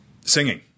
singing